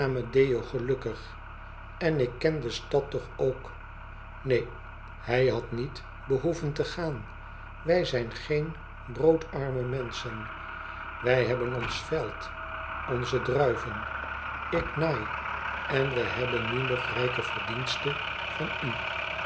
amedeo gelukkig en ik ken de scad toch ook neen hij had niet behoeven te gaan wij zijn geen broodarme menschen wij hebben ons veld onze druiven ik naai en we hebben nu nog rijke verdienste van u